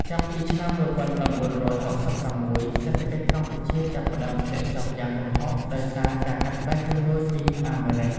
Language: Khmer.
ចាប់ពីឆ្នាំ ១៩៦៦ សេដ្ឋកិច្ចកម្ពុជាចាប់ផ្តើមធ្លាក់ចុះយ៉ាងគំហុកដោយសារការកាត់ផ្តាច់ជំនួយពីអាមេរិក។